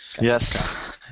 Yes